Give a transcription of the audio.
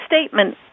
statement